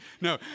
No